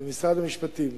ומשרד המשפטים.